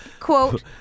Quote